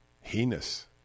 heinous